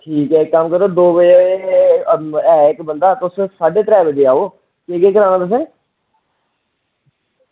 ठीक ऐ इक्क कम्म करेओ दौ बजे एऐ इक्क बंदे ता तुस साढ़े त्रै बजे आओ केह् केह् कराना तुसें